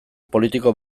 politiko